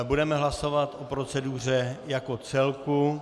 Budeme hlasovat o proceduře jako celku.